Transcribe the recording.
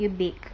you bake